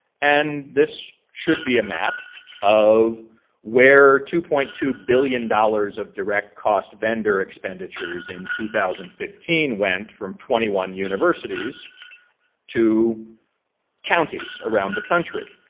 and this should be a map of where two point two billion dollars of direct cost vendor expenditures in two thousand and fifteen went from twenty one universities to counties around the country.